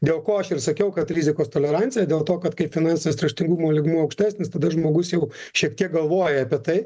dėl ko aš ir sakiau kad rizikos tolerancija dėl to kad kai finansinis raštingumo lygmuo aukštesnis tada žmogus jau šiek tiek galvoja apie tai